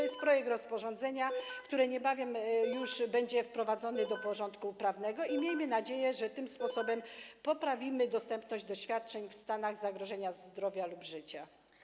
Jest projekt rozporządzenia, który niebawem już będzie wprowadzony do porządku prawnego, i miejmy nadzieję, że w ten sposób poprawimy dostępność świadczeń w stanach zagrożenia zdrowia lub życia.